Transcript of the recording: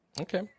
okay